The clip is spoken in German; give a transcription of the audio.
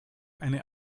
eine